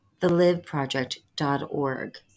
theliveproject.org